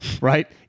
right